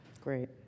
Great